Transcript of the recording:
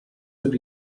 would